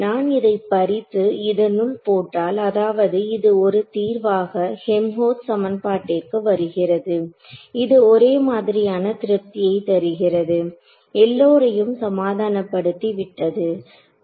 நான் இதைப் பறித்து இதனுள் போட்டால் அதாவது இது ஒரு தீர்வாக ஹெல்ம்ஹோல்டஸ் சமன்பாட்டிற்கு வருகிறது இது ஒரே மாதிரியான திருப்தியை தருகிறது எல்லோரையும் சமாதானப்படுத்தி விட்டது